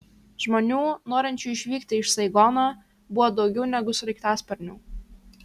žmonių norinčių išvykti iš saigono buvo daugiau negu sraigtasparnių